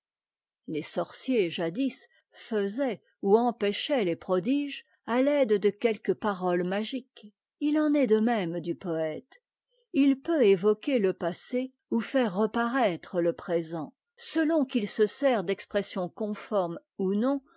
les sorciers jadis faisaient ou empêchaient les prodiges à l'aide de quelques paroles magiques en est de même du poëte il peut évoquer le passé ou faire reparaître le présent selon qu'il se sert d'expressions conformes ou non